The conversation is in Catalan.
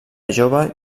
jove